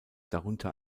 darunter